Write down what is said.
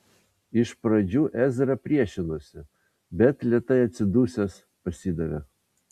iš pradžių ezra priešinosi bet lėtai atsidusęs pasidavė